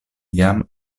jam